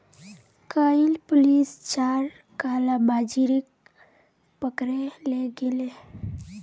कइल पुलिस चार कालाबाजारिक पकड़े ले गेले